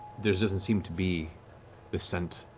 there doesn't seem to be the scent